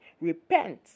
Repent